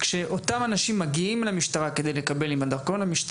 כאשר אותם אנשים מגיעים למשטרה עם הדרכון כדי לקבל את האישור,